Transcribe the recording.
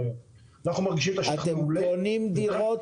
האם אתם קונים ומשכירים דירות?